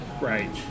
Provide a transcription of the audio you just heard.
Right